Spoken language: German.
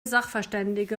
sachverständige